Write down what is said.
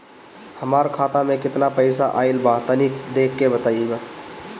हमार खाता मे केतना पईसा आइल बा तनि देख के बतईब?